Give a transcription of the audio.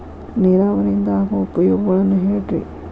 ನೇರಾವರಿಯಿಂದ ಆಗೋ ಉಪಯೋಗಗಳನ್ನು ಹೇಳ್ರಿ